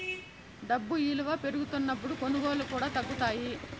డబ్బు ఇలువ పెరుగుతున్నప్పుడు కొనుగోళ్ళు కూడా తగ్గుతాయి